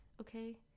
okay